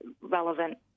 relevant